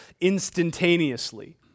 instantaneously